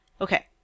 Okay